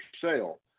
sale